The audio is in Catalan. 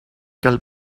cal